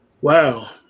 Wow